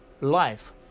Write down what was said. life